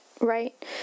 right